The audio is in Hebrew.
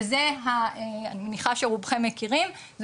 וזה אני מניחה שרובכם מכירים,